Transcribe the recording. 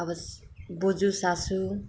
अब बजू सासू